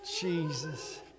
Jesus